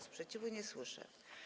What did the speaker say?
Sprzeciwu nie słyszę.